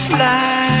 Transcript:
Fly